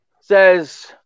says